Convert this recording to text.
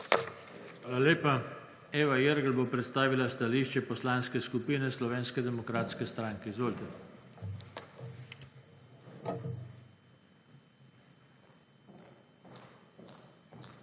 Hvala lepa. Franci Kepa bo predstavil stališče Poslanske skupine Slovenske demokratske stranke. Izvolite. FRANCI